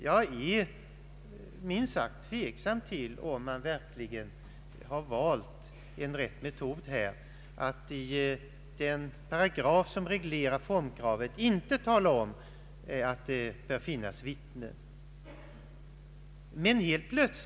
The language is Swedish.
Jag är minst sagt tveksam om man verkligen har valt rätt metod när man i den paragraf som reglerar formkravet inte talar om att det bör finnas vittnen.